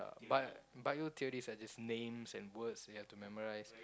but bio theories are just names and words you have to memorise